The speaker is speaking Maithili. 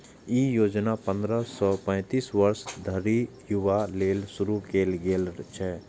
ई योजना पंद्रह सं पैतीस वर्ष धरिक युवा लेल शुरू कैल गेल छै